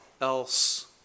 else